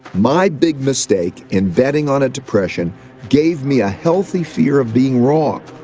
my big mistake in betting on a depression gave me a healthy fear of being wrong.